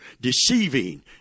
deceiving